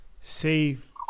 Save